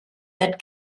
that